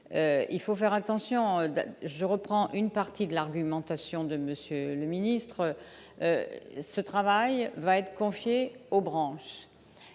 il faut faire attention je reprends une partie de l'argumentation de Monsieur le ministre, ce travail va être confié aux branches